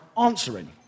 answering